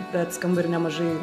bet skamba ir nemažai